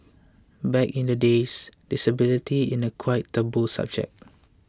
back in the days disability in a quite taboo subject